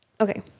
okay